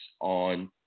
on